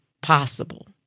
possible